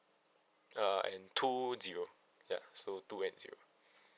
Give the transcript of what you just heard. uh and two zero ya so two and zero